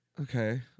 Okay